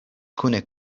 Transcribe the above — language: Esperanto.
kune